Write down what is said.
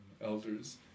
elders